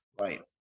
right